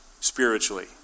Spiritually